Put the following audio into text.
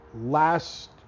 last